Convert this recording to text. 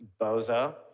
bozo